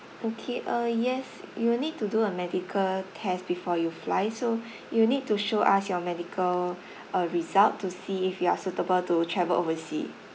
okay uh yes you'll need to do a medical test before you fly so you'll need to show us your medical uh result to see if you are suitable to travel oversea